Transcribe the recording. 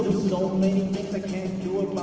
so many things i can't do